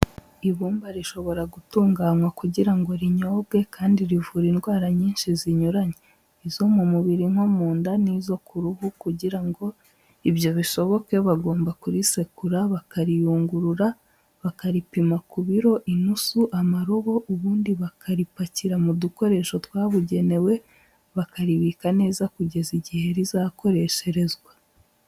Ibumba rishobora gutunganwa kugira ngo rinyobwe kandi rivura indwara nyinshi zinyuranye, izo mu mubiri nko mu nda n'izo ku ruhu kugira ngo ibyo bishoboke bagomba kurisekura, bakariyungurura, bakaripima ku biro, inusu, amarobo, ubundi bakaripakira mu dukoresho twabugenewe, bakaribika neza kugeza igihe rizakoresherezwa.